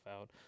out